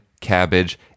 cabbage